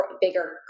bigger